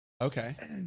Okay